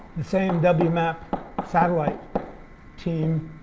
the same wmap satellite team